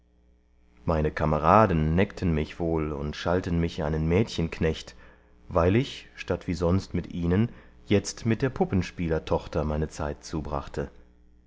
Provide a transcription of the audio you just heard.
meine kameraden neckten mich wohl und schalten mich einen mädchenknecht weil ich statt wie sonst mit ihnen jetzt mit der puppenspielertochter meine zeit zubrachte